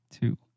two